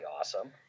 awesome